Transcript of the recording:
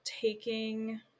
taking